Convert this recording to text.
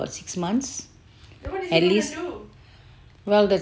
six months at least well